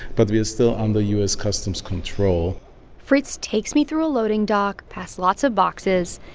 but we're still under u s. customs control fritz takes me through a loading dock pass lots of boxes.